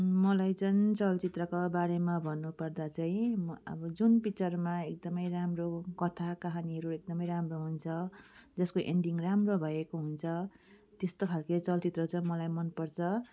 मलाई चाहिँ चलचित्रको बारेमा भन्नुपर्दा चाहिँ म अब जुन पिक्चरमा एकदमै राम्रो कथा काहानीहरू एकदमै राम्रो हुन्छ जसको एन्डिङ राम्रो भएको हुन्छ त्यस्तो खेल्के चलचित्र चाहिँ मलाई मन पर्छ